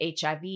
HIV